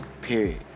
Period